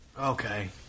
Okay